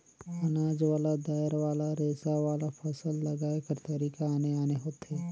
अनाज वाला, दायर वाला, रेसा वाला, फसल लगाए कर तरीका आने आने होथे